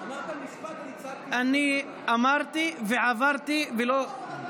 אמרת משפט, אני צעקתי לך.